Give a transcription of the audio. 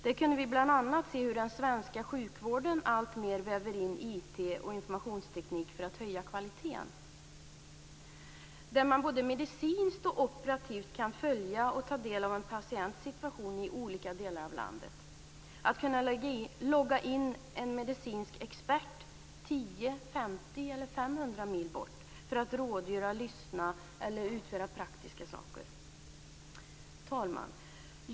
Där visade man bl.a. hur den svenska sjukvården alltmer väver in informationstekniken för att höja kvaliteten. Med hjälp av IT kan man både medicinskt och operativt följa och ta del av en patients situation i olika delar av landet. Det blir möjligt att logga in en medicinsk expert 10, 50 eller 500 mil bort som kan ge råd, lyssna eller praktiskt utföra praktiska saker. Herr talman!